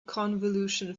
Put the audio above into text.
convolution